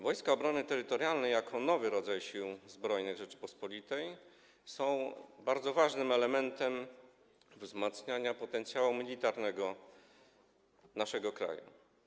Wojska Obrony Terytorialnej jako nowy rodzaj Sił Zbrojnych Rzeczypospolitej są bardzo ważnym elementem wzmacniania potencjału militarnego naszego kraju.